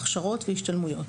הכשרות והשתלמויות,